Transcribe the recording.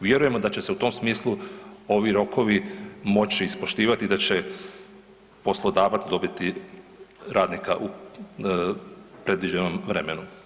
Vjerujemo da će se u tom smislu ovi rokovi moći ispoštivati i da će poslodavac dobiti radnika u predviđenom vremenu.